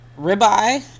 ribeye